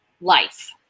life